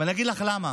אני אגיד לך למה,